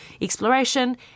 exploration